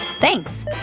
Thanks